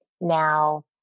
now